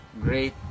great